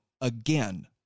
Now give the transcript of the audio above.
again